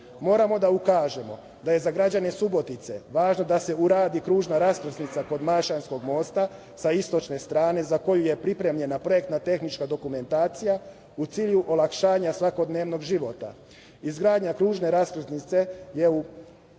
dana. Moramo da ukažemo da je za građane Subotice važno da se uradi kružna raskrsnica kod Majšanskog mosta sa istočne strane, za koju je pripremljena projektno-tehnička dokumentacija, u cilju olakšanja svakodnevnog života. Izgradnja kružne raskrsnice je u